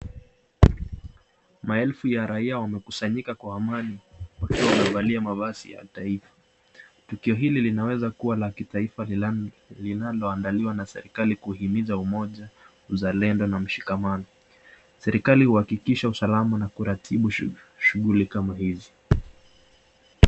Maelfu ya raiya wamekusanyika kwa amani huku wamevalia mavazi ya taifa tukio hiki linaweza kuwa ya kitaifa linalo andaliwa na serikalii kuhimiza umoja uzalendo na mshikamano serikalii uhakikisha usalama na uratibu shughuli kama hizo.